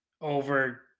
over